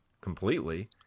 completely